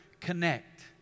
connect